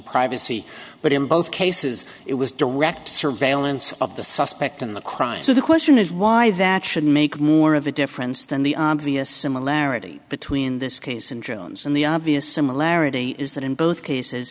privacy but in both cases it was direct surveillance of the suspect in the crime so the question is why that should make more of a difference than the obvious similarity between this case and jones and the obvious similarity is that in both cases